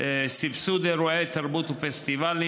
סבסוד אירועי תרבות ופסטיבלים,